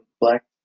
black